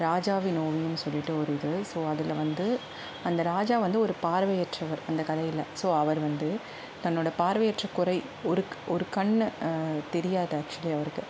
ராஜாவின் ஓவியம்னு சொல்லிவிட்டு ஒரு இது ஸோ அதில் வந்து அந்த ராஜா வந்து ஒரு பார்வையற்றவர் அந்த கதையில் ஸோ அவர் வந்து தன்னோட பார்வையற்ற குறை ஒரு ஒரு கண்ணை தெரியாது ஆக்சுவல்லி அவருக்கு